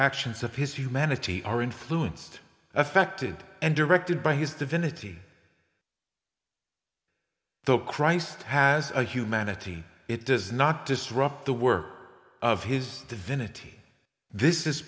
actions of his humanity are influenced affected and directed by his divinity though christ has a humanity it does not disrupt the work of his divinity this is